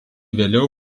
vėliau